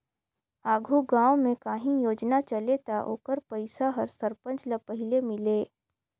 आघु गाँव में काहीं योजना चले ता ओकर पइसा हर सरपंच ल पहिले मिले